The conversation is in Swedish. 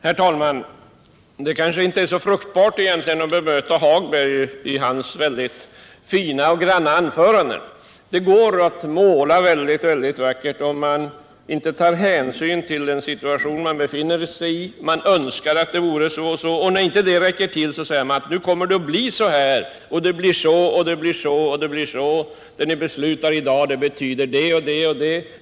Herr talman! Det kanske inte är så fruktbart att bemöta Lars-Ove Hagbergs fina och granna anförande. Det går att måla väldigt vackert om man inte tar hänsyn till den situation man befinner sig i. Man önskar att det vore så och så, och när det inte räcker till säger man: Nu kommer det att bli så här och så här. Det ni beslutar i dag betyder det och det.